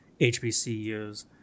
HBCUs